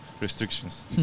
restrictions